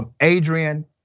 Adrian